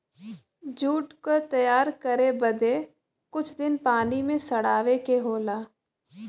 jute क तैयार करे बदे कुछ दिन पानी में सड़ावे के होला